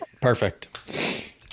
perfect